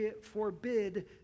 forbid